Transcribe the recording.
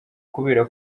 kubera